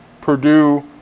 Purdue